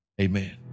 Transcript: Amen